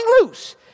loose